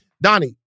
Donnie